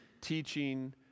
teaching